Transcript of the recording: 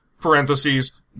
parentheses